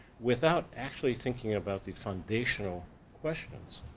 without actually thinking about these foundational questions?